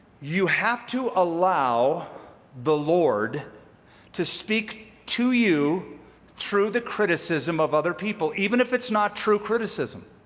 you have to allow the lord to speak to you through the criticism of other people, even if it's not true criticism.